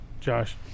Josh